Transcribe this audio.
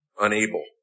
unable